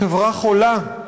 חברה חולה,